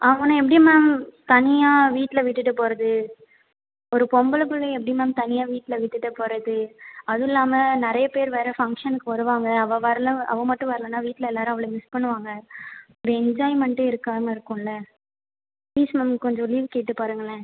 அவனை எப்படி மேம் தனியாக வீட்டில் விட்டுவிட்டு போவது ஒரு பொம்பளை பிள்ளைய எப்படி மேம் தனியாக வீட்டில் விட்டுவிட்டு போவது அதில்லாம நிறைய பேர் வேறு ஃபங்க்ஷன்க்கு வருவாங்க அவள் வரலை அவள் மட்டும் வரலைனா வீட்டில் எல்லோரும் அவளை மிஸ் பண்ணுவாங்க ஒரு என்ஜாய்மெண்ட்டு இருக்காமல் இருக்கும்லை ப்ளீஸ் மேம் கொஞ்சம் லீவ் கேட்டு பாருங்களேன்